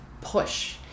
push